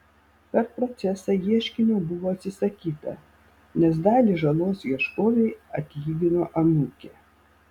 per procesą ieškinio buvo atsisakyta nes dalį žalos ieškovei atlygino anūkė